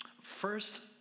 First